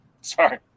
Sorry